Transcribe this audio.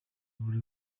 buri